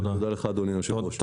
תודה לך אדוני היושב ראש.